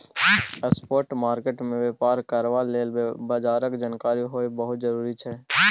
spot market मे बेपार करबा लेल बजारक जानकारी होएब बहुत जरूरी छै